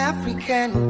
African